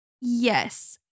Yes